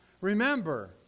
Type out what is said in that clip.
remember